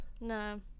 No